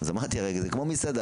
אז אמרתי, רגע, זה כמו מסעדה.